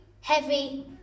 heavy